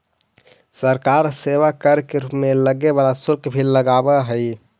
सरकार सेवा कर के रूप में लगे वाला शुल्क भी लगावऽ हई